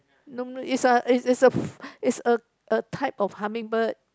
no is a is a is a a type of hummingbird